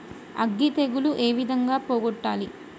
అగ్గి తెగులు ఏ విధంగా పోగొట్టాలి?